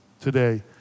today